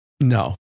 No